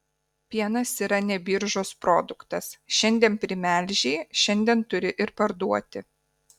pienas yra ne biržos produktas šiandien primelžei šiandien turi ir parduoti